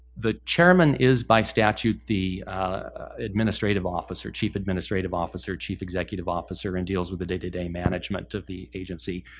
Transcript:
the chairman is by statute the administrative officer, chief administrative officer, chief executive officer, and deals with the day to day management of the agency.